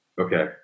Okay